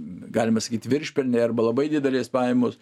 galima sakyt viršpelniai arba labai didelės pajamos